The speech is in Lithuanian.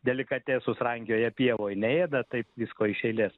delikatesus rankioja pievoj neėda taip visko iš eilės